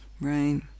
right